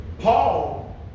Paul